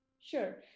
Sure